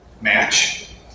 match